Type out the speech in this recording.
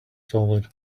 solid